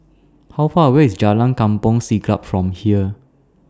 How Far away IS Jalan Kampong Siglap from here